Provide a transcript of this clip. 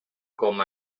com